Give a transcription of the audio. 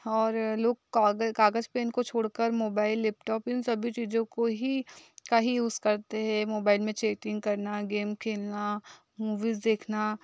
और लोग कागज़ कागज़ पेन को छोड़ कर मोबाइल लैपटॉप इन सभी चीज़ों को ही का ही यूज़ करते हैं मोबाइल में चैटिंग करना गेम खेलना मूवीस देखना